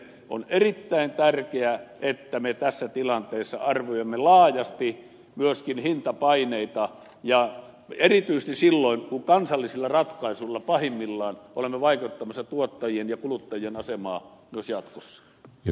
on erittäin tärkeä että me tässä tilanteessa arvioimme laajasti myöskin hintapaineita ja erityisesti silloin kun kansallisilla ratkaisuilla pahimmillaan olemme vaikeuttamassa tuottajien ja kuluttajien asemaa myös jatkossa